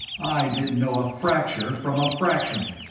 i didn't know a fracture from a fraction.